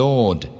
Lord